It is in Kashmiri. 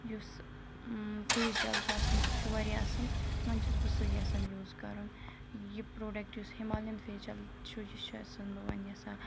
یُس فیس جَل چھُ آسان سُہ چھِ واریاہ اَصٕل وۄنۍ چھس بہٕ سُے یَژھان یوٗز کَرُن یہِ پرٛوڈَکٹ یُس ہِمالیَن فیس جَل چھُ یہِ چھِس نہٕ بہٕ وۄنۍ یَژھان